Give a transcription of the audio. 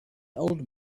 old